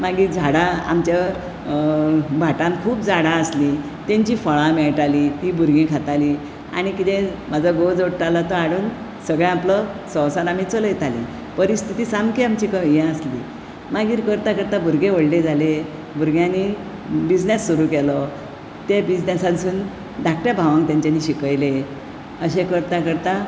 मागीर झाडां आमचे भाटांत खूब झाडां आसली तेंची फळां मेळटालीं ती भुरगीं खातालीं आनी कितें म्हाजो घोव जोडटालो तो हाडुन सगळें आपलो संवसार आमी चलयतालीं परिस्थिति सामकी आमची हे आसली मागीर करतां करतां भुरगीं व्हडली जालीं भुरग्यांनी बिजनेस सुरू केलो ते बिजनेसासुन धाकट्या भावांक तेंच्यानी शिकयलें अशें करतां करतां